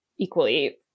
Equally